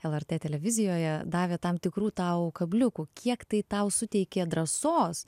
lrt televizijoje davė tam tikrų tau kabliukų kiek tai tau suteikė drąsos